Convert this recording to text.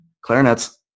clarinets